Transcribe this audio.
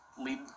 lead